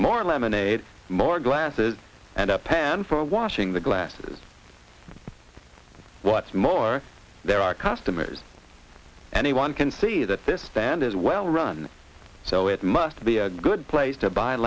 more lemonade more glasses and a pan for washing the glasses what's more there are customers anyone can see that this stand is well run so it must be a good place to buy